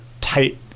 tight